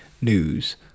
news